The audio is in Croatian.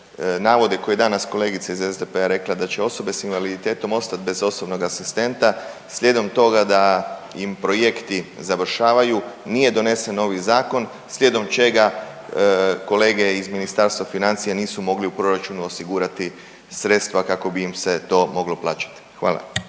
navode koje je danas kolegica iz SDP-a rekla da će osobe s invaliditetom ostat bez osobnog asistenta slijedom toga da im projekti završavaju, nije donesen novi zakon, slijedom čega kolege iz Ministarstva financija nisu mogli u proračunu osigurati sredstva kako bi im se to moglo plaćati. Hvala.